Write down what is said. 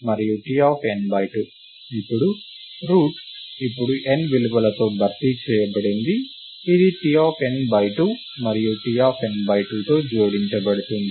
ఇప్పుడు రూట్ ఇప్పుడు n విలువతో భర్తీ చేయబడింది ఇది T n 2 మరియుT n 2 తో జోడించబడుతుంది